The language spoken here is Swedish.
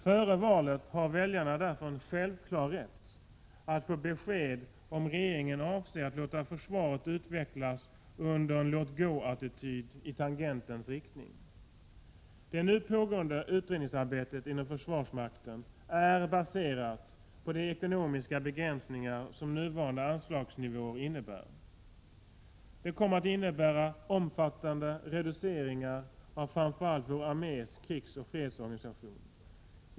Före valet har väljarna därför en självklar rätt att få besked om huruvida regeringen avser att under en låt-gå-attityd låta försvaret utvecklas i tangentens riktning. Det nu pågående utredningsarbetet inom försvarsmakten är baserat på de ekonomiska begränsningar som nuvarande anslagsnivå innebär. Det kommer att innebära omfattande reduceringar av framför allt vår armés krigsoch fredsorganisation.